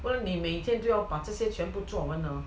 well they maintain 就要 partisan 全部做完呢